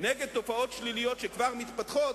נגד תופעות שליליות שכבר מתפתחות,